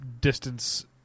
distance